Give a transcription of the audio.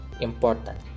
important